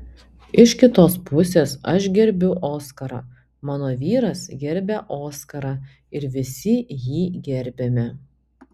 iš kitos pusės aš gerbiu oskarą mano vyras gerbia oskarą ir visi jį gerbiame